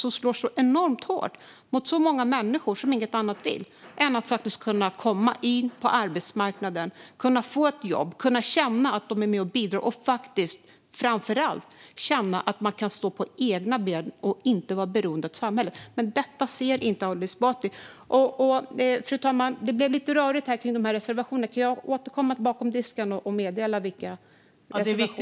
Det slår ju så enormt hårt mot så många människor som inget annat vill än att få komma in på arbetsmarknaden, få ett jobb och känna att de är med och bidrar och framför allt känna att de kan stå på egna ben och inte vara beroende av samhället. Men detta ser inte Ali Esbati.